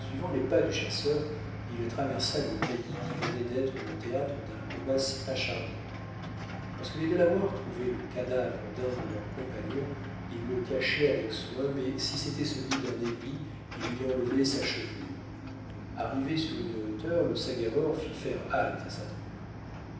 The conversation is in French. les pas du chasseur il traversa le taillis qui venait d'être le théâtre d'un combat si acharné lorsque les delawares trouvaient le cadavre d'un de leurs compagnons ils le cachaient avec soin mais si c'était celui d'un ennemi ils lui enlevaient sa chevelure arrivé sur une hauteur le sagamore fit faire halte à sa troupe